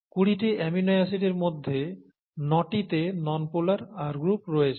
কুড়িটি অ্যামিনো অ্যাসিডের মধ্যে নটিতে নন পোলার R গ্রুপ রয়েছে